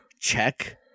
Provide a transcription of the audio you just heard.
check